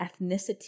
ethnicity